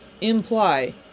imply